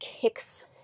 kicks